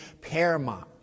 Paramount